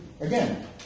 again